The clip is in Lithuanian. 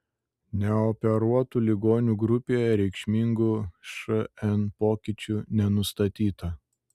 neoperuotų ligonių grupėje reikšmingų šn pokyčių nenustatyta